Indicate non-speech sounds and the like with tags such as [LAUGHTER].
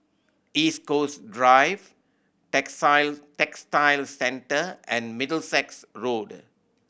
East Coast Drive [UNINTELLIGIBLE] Textile Centre and Middlesex Road